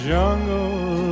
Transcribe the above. jungle